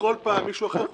שכל חודש מישהו אחר חותם.